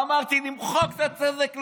אמרתי: נמחק את הצדק,